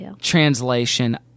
translation